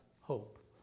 hope